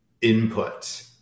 input